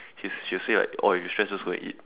she she will say like oh if you stressed just go and eat